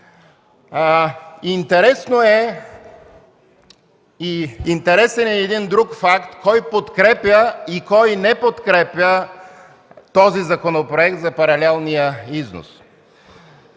Интересен е и един друг факт – кой подкрепя и кой не подкрепя този законопроект за паралелния износ.